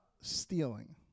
stealing